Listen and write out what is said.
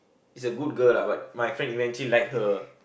is a good girl lah but my friend eventually like her